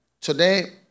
Today